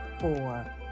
four